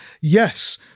Yes